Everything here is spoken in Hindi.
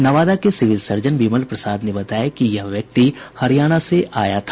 नवादा के सिविल सर्जन विमल प्रसाद ने बताया कि यह व्यक्ति हरियाणा से आया था